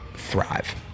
thrive